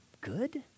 good